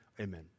amen